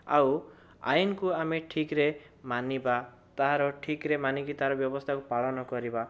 ଆଉ ଆଇନକୁ ଆମେ ଠିକରେ ମାନିବା ତାର ଠିକରେ ମାନିକି ତାର ବ୍ୟବସ୍ଥାକୁ ପାଳନ କରିବା